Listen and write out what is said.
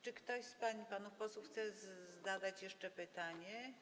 Czy ktoś z pań i panów posłów chce zadać jeszcze pytanie?